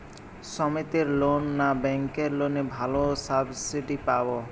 সমিতির লোন না ব্যাঙ্কের লোনে ভালো সাবসিডি পাব?